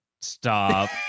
Stop